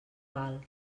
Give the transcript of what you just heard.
val